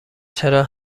چرا